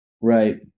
right